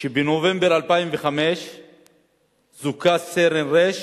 שבנובמבר 2005 זוכה סרן ר'